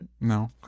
No